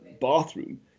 bathroom